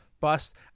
bust